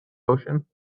ocean